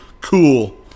cool